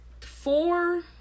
four